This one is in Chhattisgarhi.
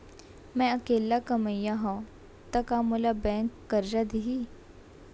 मैं अकेल्ला कमईया हव त का मोल बैंक करजा दिही?